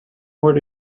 what